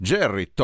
Jerry